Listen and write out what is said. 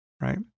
Right